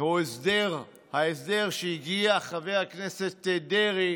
או ההסדר שהגיע אליו חבר הכנסת דרעי